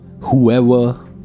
Whoever